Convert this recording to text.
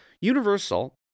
Universal